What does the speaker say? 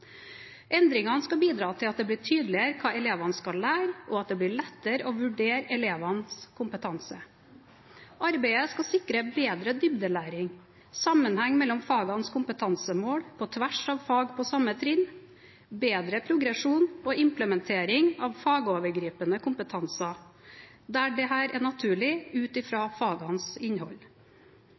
Endringene skal bidra til at det blir tydeligere hva elevene skal lære, og at det blir lettere å vurdere elevenes kompetanse. Arbeidet skal sikre bedre dybdelæring, sammenheng mellom fagenes kompetansemål på tvers av fag på samme trinn, bedre progresjon og implementering av fagovergripende kompetanser, der det er naturlig ut fra fagenes innhold.